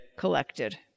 collected